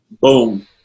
Boom